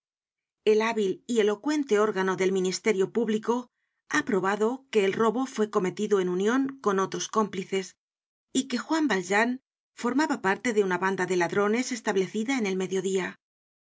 el hábil y elocuente órgano del ministerio público ha probado que el robo fue cometido en union con otros cómplices y que juan valjean formaba parte de una banda sde ladrones establecida en el mediodía